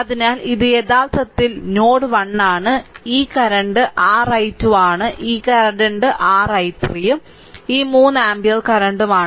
അതിനാൽ ഇത് യഥാർത്ഥത്തിൽ നോഡ് 1 ആണ് ഈ കറന്റ് r i2 ആണ് ഈ കറന്റ് r i3 ഉം ഈ 3 ആമ്പിയർ കറന്റും ആണ്